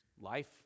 Life